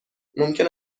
ممکن